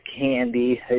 Candy